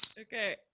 Okay